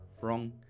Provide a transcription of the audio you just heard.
Wrong